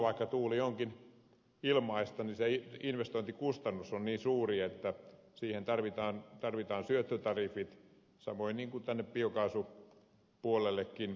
vaikka tuuli onkin ilmaista se investointikustannus on niin suuri että siihen tarvitaan syöttötariffit samoin kuin tänne biokaasupuolellekin